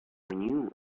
new